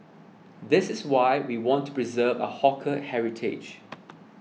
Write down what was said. this is why we want to preserve our hawker heritage